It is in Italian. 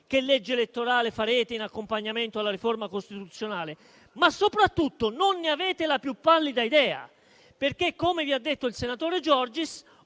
che legge elettorale farete in accompagnamento alla riforma costituzionale; ma soprattutto non ne avete la più pallida idea, perché - come vi ha detto il senatore Giorgis